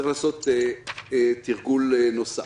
צריך לעשות תרגול נוסף.